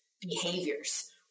behaviors